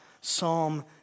Psalm